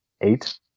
eight